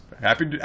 Happy